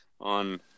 on